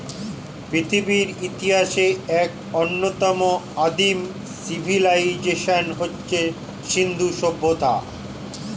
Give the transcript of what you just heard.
পৃথিবীর ইতিহাসের এক অন্যতম আদিম সিভিলাইজেশন হচ্ছে সিন্ধু সভ্যতা